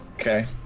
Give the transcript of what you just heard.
Okay